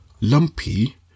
Lumpy